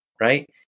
right